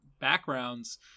backgrounds